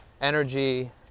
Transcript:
energy